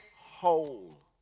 whole